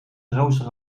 rooster